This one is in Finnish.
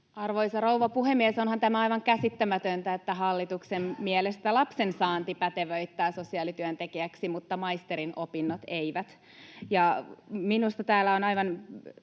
Arvoisa rouva puhemies! Onhan tämä aivan käsittämätöntä, että hallituksen mielestä lapsen saanti pätevöittää sosiaalityöntekijäksi mutta maisterin opinnot eivät. Minusta täällä on käytetty